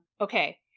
okay